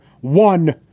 One